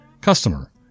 Customer